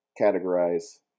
categorize